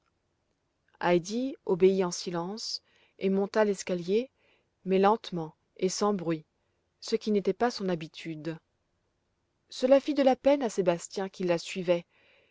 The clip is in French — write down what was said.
obéit en silence et monta l'escalier mais lentement et sans bruit ce qui n'était pas son habitude cela fit de la peine à sébastien qui la suivait